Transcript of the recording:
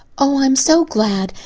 oh, i'm so glad.